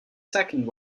second